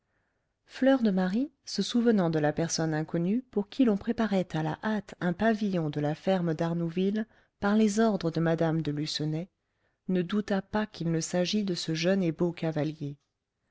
fleur de marie se souvenant de la personne inconnue pour qui l'on préparait à la hâte un pavillon de la ferme d'arnouville par les ordres de mme de lucenay ne douta pas qu'il ne s'agît de ce jeune et beau cavalier